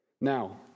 Now